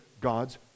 god's